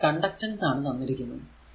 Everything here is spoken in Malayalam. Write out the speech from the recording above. അപ്പോൾ കണ്ടക്ടൻസ് ആണ് തന്നിരിക്കുന്നത്